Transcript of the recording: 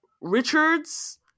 Richards